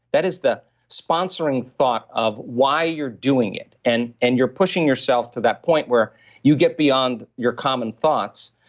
that is the sponsoring thought of why you're doing it. and and you're pushing yourself to that point where you get beyond your common thoughts.